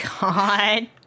god